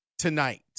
Tonight